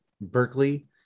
Berkeley